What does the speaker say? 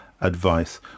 advice